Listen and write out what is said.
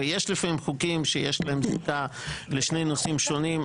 הרי יש לפעמים חוקים שיש להם זיקה לשני נושאים שונים,